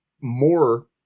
more